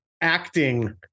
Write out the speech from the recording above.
acting